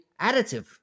additive